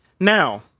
now